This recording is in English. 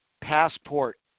passport